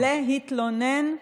להתלונן.